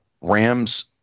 Rams